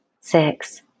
six